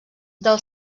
del